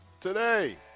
Today